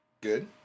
good